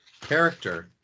character